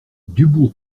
dubourg